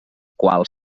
qual